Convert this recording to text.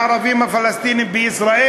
הערבים הפלסטינים בישראל,